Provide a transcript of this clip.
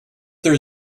there